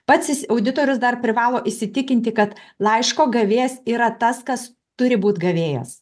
pats jis auditorius dar privalo įsitikinti kad laiško gavėjas yra tas kas turi būt gavėjas